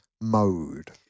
mode